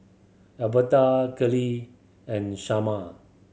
Alberta Kylene and Sharman